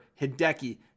Hideki